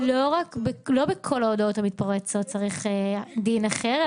--- לא בכל ההודעות המתפרצות צריך דין אחר,